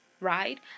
right